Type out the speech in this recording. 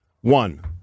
One